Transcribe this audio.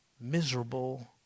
miserable